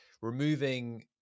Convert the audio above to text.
removing